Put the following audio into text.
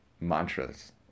mantras